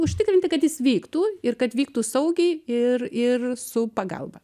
užtikrinti kad jis vyktų ir kad vyktų saugiai ir ir su pagalba